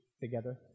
together